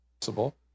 possible